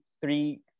three